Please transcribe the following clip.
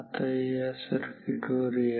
आता या सर्किटवर या